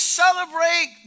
celebrate